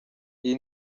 iyi